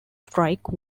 strike